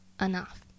enough